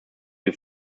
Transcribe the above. wir